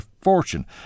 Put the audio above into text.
fortune